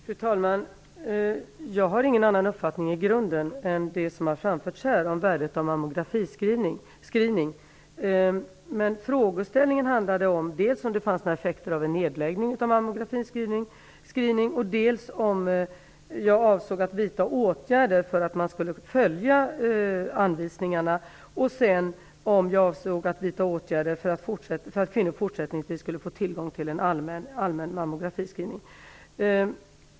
Fru talman! Jag har i grunden ingen annan uppfattning än den som har framförts här när det gäller värdet av mammografiscreening. Frågeställningen handlade dock om huruvida det finns några effekter av en nedläggning av mammografiscreening och om huruvida jag avser att vidta några åtgärder för att anvisningarna skall följas. Dessutom handlade det om huruvida jag avser att vidta några åtgärder för att kvinnor fortsättningsvis skall få tillgång till allmän mammografiscreening.